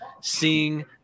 seeing